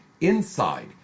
INSIDE